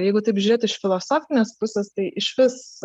jeigu taip žiūrėti iš filosofinės pusės tai išvis